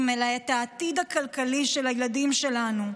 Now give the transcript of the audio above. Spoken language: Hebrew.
אלא את העתיד הכלכלי של הילדים שלנו,